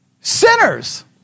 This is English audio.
Sinners